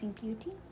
beauty